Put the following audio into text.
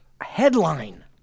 headline